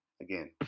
again